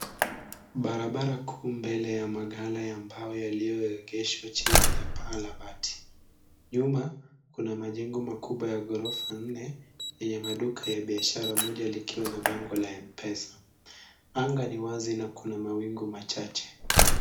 Barabara kuu mbele ya magala ya mbao yaliyoegeshwa chini ya paa la bati. Nyuma kuna majengo makubwa ya ghorofa nne yenye maduka ya biashara moja likiwa na bango la mpesa. Anga ni wazi na kuna mawingu machache.